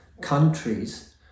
countries